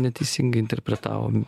neteisingai interpretavom